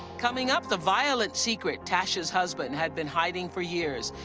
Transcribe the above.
coming up, the violent secret tascha's husband had been hiding for years.